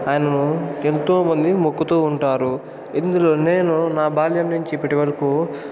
ఆయనను ఎంతో మంది మొక్కుతూ ఉంటారు ఇందులో నేను నా బాల్యం నుంచి ఇప్పటివరకు